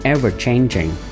Ever-changing